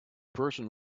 person